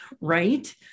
right